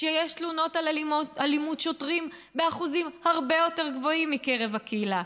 כשיש תלונות על אלימות שוטרים באחוזים הרבה יותר גבוהים מקרב הקהילה,